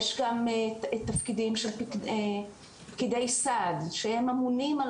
יש גם תפקידים שפקידי סעד אמונים על